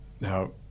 Now